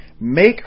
Make